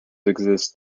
exist